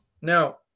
Now